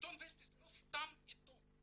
עיתון וסטי הוא לא סתם עיתון,